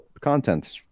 content